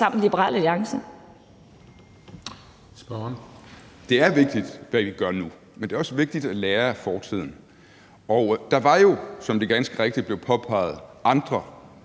Ole Birk Olesen (LA): Det er vigtigt, hvad I gør nu, men det er også vigtigt at lære af fortiden, og der var jo, som det ganske rigtigt blev påpeget, andre,